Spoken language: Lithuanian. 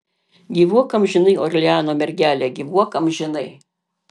gyvuok amžinai orleano mergele gyvuok amžinai